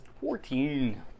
Fourteen